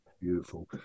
Beautiful